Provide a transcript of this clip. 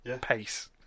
pace